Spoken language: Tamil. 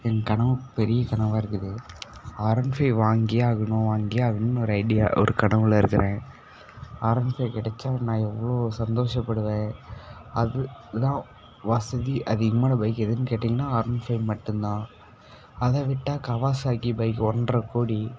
என் கனவு பெரிய கனவாக இருக்குது ஆர் ஒன் ஃபைவ் வாங்கியே ஆகணும் வாங்கியே ஆகணும்னு ஒரு ஐடியா ஒரு கனவில் இருக்கிறேன் ஆர் ஒன் ஃபைவ் கிடைச்சா நான் எவ்வளோ சந்தோஷப்படுவேன் அது தான் வசதி அது அதிகமான பைக் எதுன்னு கேட்டிங்கன்னா ஆர் ஒன் ஃபைவ் மட்டும் தான் அதை விட்டால் கவாசாகி பைக்கு ஒன்றரை கோடி